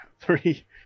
three